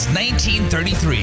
1933